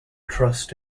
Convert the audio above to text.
trust